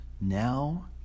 now